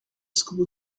school